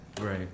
Right